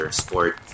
sport